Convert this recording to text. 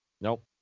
Nope